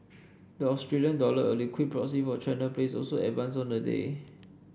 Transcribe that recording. the Australia dollar a liquid proxy for China plays also advanced on the day